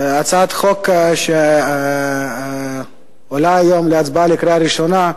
הצעת החוק שעולה היום להצבעה בקריאה ראשונה,